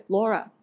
Laura，